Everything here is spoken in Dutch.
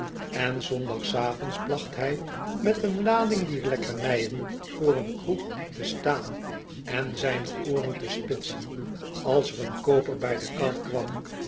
en szondagsavonds placht hij met een lading dier lekkernijen voor een kroeg te staan en zijne ooren te spitsen als er een kooper bij de kar kwam